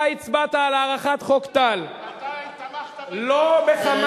אתה הצבעת על הארכת חוק טל, אתה תמכת, לא בכמה